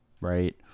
right